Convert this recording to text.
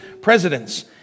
presidents